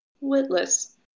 Witless